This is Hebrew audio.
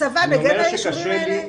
הצבא מגן על הישובים האלה?